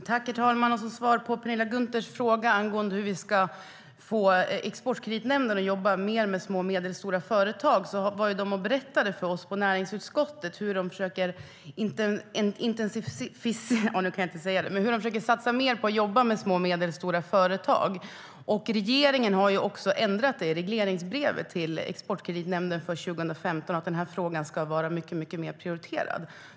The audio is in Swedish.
Herr ålderspresident! Som svar på Penilla Gunthers fråga angående hur vi ska få Exportkreditnämnden att jobba mer med små och medelstora företag vill jag påpeka att Exportkreditnämnden var hos näringsutskottet och berättade hur man försöker att satsa mer på att jobba med små och medelstora företag. Regeringen har också ändrat i regleringsbrevet till Exportkreditnämnden för 2015 för att denna fråga ska vara mycket mer prioriterad.